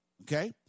Okay